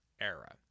era